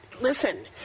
listen